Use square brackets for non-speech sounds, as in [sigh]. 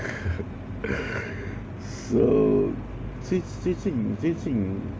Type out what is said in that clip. [laughs] so 最最近最近你